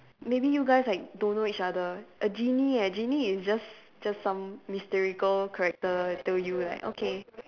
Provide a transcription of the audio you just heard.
maybe you guys like don't know each other a genie eh genie is just just some mystical character tell you like okay